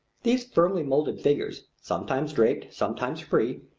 these firmly moulded figures, sometimes draped, sometimes free,